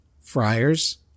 friars